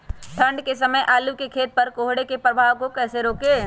ठंढ के समय आलू के खेत पर कोहरे के प्रभाव को कैसे रोके?